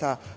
pada